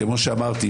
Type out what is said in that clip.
כמו שאמרתי,